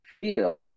feel